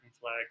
flag